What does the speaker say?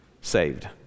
saved